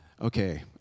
okay